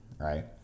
right